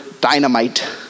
dynamite